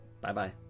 bye-bye